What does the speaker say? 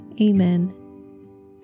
Amen